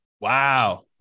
Wow